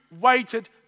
waited